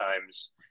times